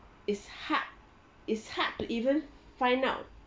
it's hard it's hard to even find out